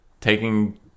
taking